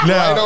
Now